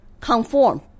Conform